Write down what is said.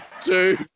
two